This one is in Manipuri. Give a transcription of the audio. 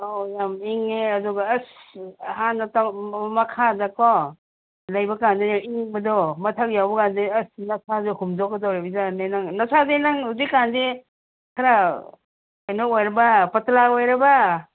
ꯑꯧ ꯌꯥꯝ ꯏꯪꯉꯦ ꯑꯗꯨꯒ ꯑꯁ ꯍꯥꯟꯅ ꯃꯈꯥꯗꯀꯣ ꯂꯩꯕ ꯀꯥꯟꯗꯨꯗ ꯏꯪꯕꯗꯣ ꯃꯊꯛ ꯌꯧꯕ ꯀꯥꯟꯗꯗꯤ ꯑꯁ ꯅꯁꯥꯗꯣ ꯍꯨꯝꯗꯣꯛꯀꯗꯧꯔꯤꯕꯖꯥꯠꯅꯤ ꯅꯪ ꯅꯁꯥꯗꯤ ꯅꯪ ꯍꯧꯖꯤꯛ ꯀꯥꯟꯗꯤ ꯈꯔ ꯀꯩꯅꯣ ꯑꯣꯏꯔꯕ ꯄꯇꯥꯂꯥ ꯑꯣꯏꯔꯕ